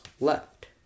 left